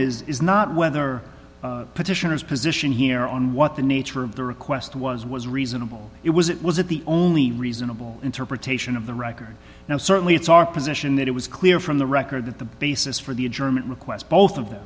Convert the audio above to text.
point is not whether petitioners position here on what the nature of the request was was reasonable it was it was it the only reasonable interpretation of the record now certainly it's our position that it was clear from the record that the basis for the adjournment requests both of them